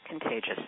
contagious